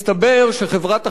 מסתבר שחברת החשמל,